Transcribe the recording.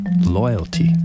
loyalty